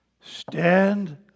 Stand